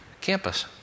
campus